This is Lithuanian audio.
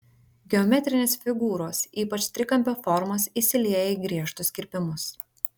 geometrinės figūros ypač trikampio formos įsilieja į griežtus kirpimus